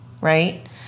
right